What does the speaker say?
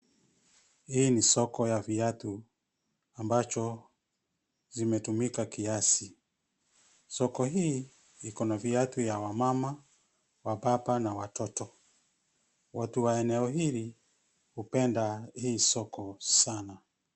Hii ni soko ya viatu ambacho zimetumika kiasi. Soko hii iko na viatu ya wamama, wababa na watoto. Watu wa eneo hili hupenda hii soko sana.